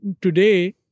today